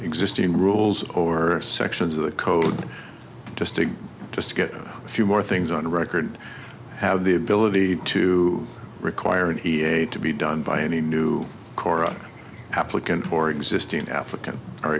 existing rules or sections of the code just to just get a few more things on the record have the ability to require an e a to be done by any new korra applicant or existing african o